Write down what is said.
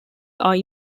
are